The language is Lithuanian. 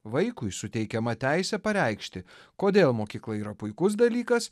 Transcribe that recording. vaikui suteikiama teisė pareikšti kodėl mokykla yra puikus dalykas